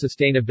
sustainability